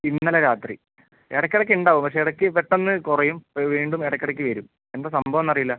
ഇന്നലെ രാത്രി ഇടക്കിടയ്ക്ക് ഉണ്ടാവും പക്ഷെ ഇടയ്ക്ക് പെട്ടെന്ന് കുറയും വീണ്ടും ഇടക്കിടയ്ക്ക് വരും എന്താ സംഭവം എന്നറിയില്ല